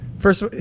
first